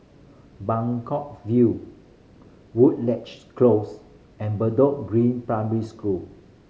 Buangkok View Woodleigh Close and Bedok Green Primary School